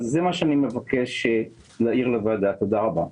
תודה רבה.